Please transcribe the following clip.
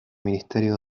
ministerio